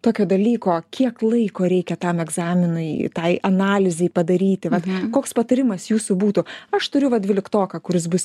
tokio dalyko kiek laiko reikia tam egzaminai tai analizei padaryti vat koks patarimas jūsų būtų aš turiu va dvyliktoką kuris bus